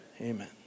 Amen